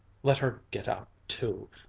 let her get out too.